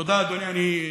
תודה, אדוני.